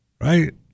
Right